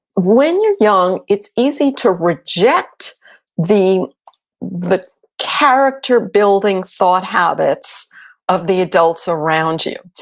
when you're young, it's easy to reject the the character-building thought habits of the adults around you.